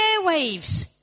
airwaves